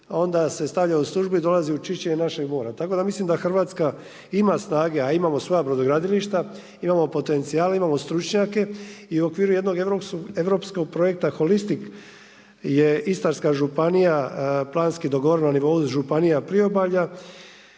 onda se stavlja u službu i dolazi u čišćenju našeg mora. Tako da mislim da Hrvatska ima snage, a imamo svoja brodogradilišta, imamo potencijale, imamo stručnjake i u okviru jednog europskog projekta Holistik je Istarska županija planski dogovorena na nivou županija pribavlja,